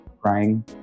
crying